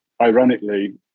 Ironically